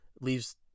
leaves